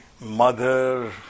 mother